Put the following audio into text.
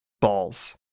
balls